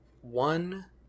one